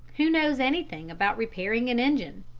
who knows any thing about repairing an engine?